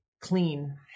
clean